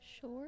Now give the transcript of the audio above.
Sure